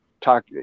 talk